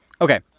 Okay